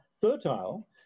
fertile